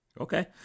Okay